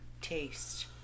Taste